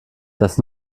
dass